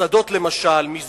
מסעדות למשל, מזנונים,